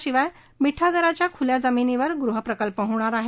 शिवाय मिठागराच्या खुल्या जमिनीवर गृहप्रकल्प होणार आहे